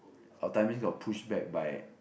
our timing got push back by